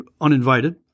uninvited